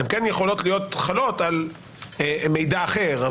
הם כן יכולות להיות חלות על מידע אחר,